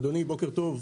בוקר טוב.